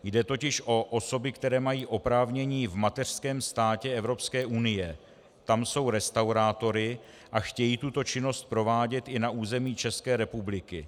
Jde totiž o osoby, které mají oprávnění v mateřském státě Evropské unie, tam jsou restaurátory a chtějí tuto činnost provádět i na území České republiky.